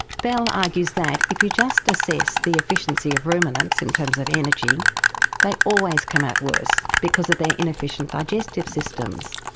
bell argues that if you just assess the efficiency of ruminants in terms of energy they always come out worse because of their inefficient digestive systems.